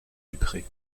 dupré